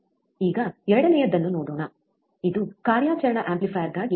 ಈಗ ಎರಡನೆಯದನ್ನು ನೋಡೋಣ ಇದು ಕಾರ್ಯಾಚರಣಾ ಆಂಪ್ಲಿಫೈಯರ್ಗಾಗಿ ನಿಮ್ಮ ಇನ್ಪುಟ್ ಆಫ್ಸೆಟ್ ಪ್ರವಾಹವಾಗಿದೆ